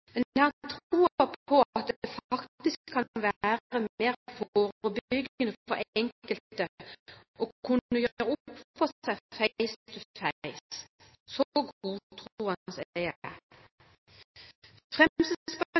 men jeg har tro på at det faktisk kan være mer forebyggende for enkelte å kunne gjøre opp for